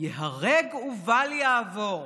ייהרג ובל יעבור.